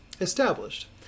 established